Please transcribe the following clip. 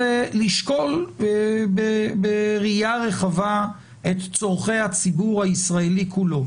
ולשקול בראייה רחבה את צורכי הציבור הישראלי כולו.